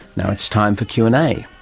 now it's time for q and a.